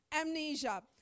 amnesia